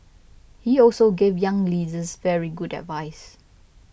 he also gave younger leaders very good advice